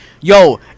yo